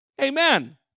Amen